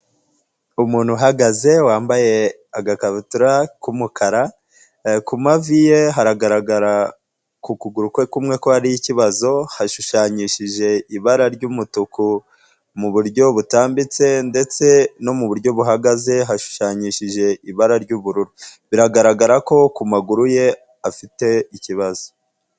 Umuntu uhagaze wambaye agakabutura k'umukara, ku mavi ye haragaragara ku kuguru kwe kumwe ko hari ikibazo. Hashushanyishije ibara ry'umutuku mu buryo butambitse ndetse no mu buryo buhagaze hashushanyishije ibara ry'ubururu. Biragaragara ko ku maguru ye afite ikibazo.